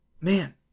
Man